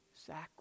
sacrifice